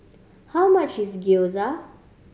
how much is Gyoza